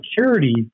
security